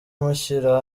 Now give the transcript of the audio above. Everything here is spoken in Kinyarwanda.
mushyira